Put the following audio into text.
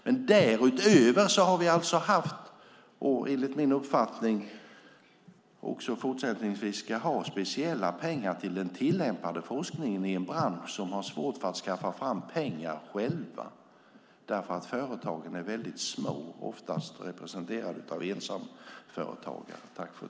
Men därutöver har vi haft, och enligt min uppfattning ska vi ha det också fortsättningsvis, speciella pengar till den tillämpade forskningen i en bransch som själv har svårt att skaffa fram pengar därför att företagen är mycket små och ofta representerade av ensamföretagare.